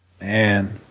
Man